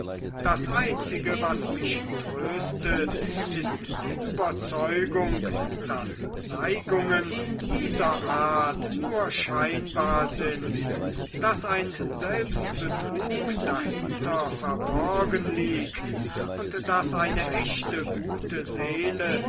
das einzige was mich tröstet ist die überzeugung daß neigungen dieser art nur scheinbar sind daß ein selbstbetrug dahinter verborgen liegt und daß eine echte gute seele